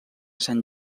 sant